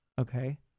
Okay